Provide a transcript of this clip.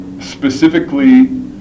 specifically